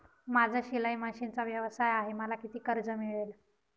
माझा शिलाई मशिनचा व्यवसाय आहे मला किती कर्ज मिळेल?